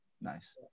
Nice